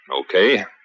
Okay